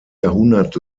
jahrhundert